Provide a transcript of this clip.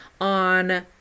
on